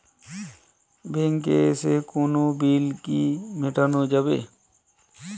ব্যাংকে এসে কোনো বিল কি মেটানো যাবে?